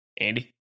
Andy